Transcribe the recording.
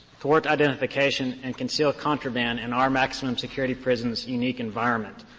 thwart identification, and conceal contraband in our maximum security prisons' unique environment.